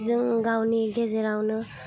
जों गावनि गेजेरावनो